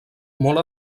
molt